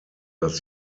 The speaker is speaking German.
dass